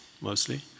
mostly